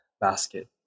basket